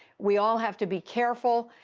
we all have to be careful,